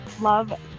love